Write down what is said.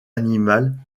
animale